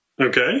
Okay